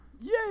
Yay